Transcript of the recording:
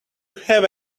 have